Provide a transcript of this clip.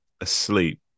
asleep